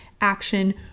action